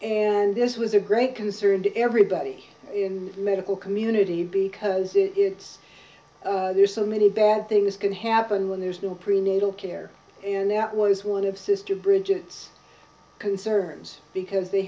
and this was a great concern to everybody in the medical community because it's there's so many bad things can happen when there's no prenatal care and that was one of sister bridget's concerns because they